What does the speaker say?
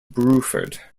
bruford